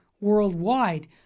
worldwide